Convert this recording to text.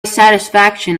satisfaction